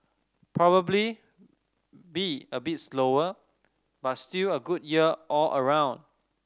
probably be a bit slower but still a good year all around